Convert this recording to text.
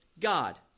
God